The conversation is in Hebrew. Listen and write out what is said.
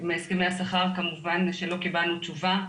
כמובן שלא קיבלנו תשובה.